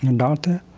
and daughter,